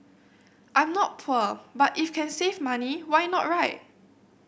I'm not poor but if can save money why not right